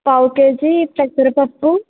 పావు కేజీ పెసరపప్పు